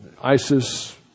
ISIS